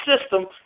system